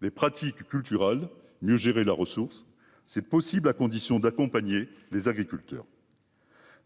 les pratiques culturales. Mieux gérer la ressource. C'est possible à condition d'accompagner les agriculteurs.